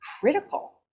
critical